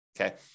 Okay